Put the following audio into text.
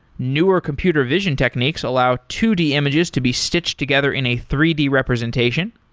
newer computer vision techniques allow two d images to be stitched together in a three d representation.